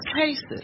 cases